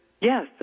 yes